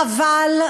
חבל,